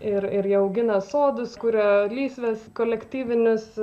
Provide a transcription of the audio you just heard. ir ir jie augina sodus kuria lysves kolektyvinius